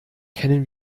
kennen